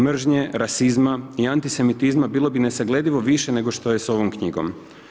Mržnje, rasizma i antisemitizma bilo bi nesagledivo više nego što je s ovom knjigom.